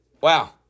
Wow